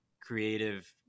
creative